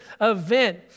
event